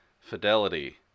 Fidelity